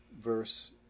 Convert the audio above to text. Verse